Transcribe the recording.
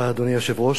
אדוני היושב-ראש,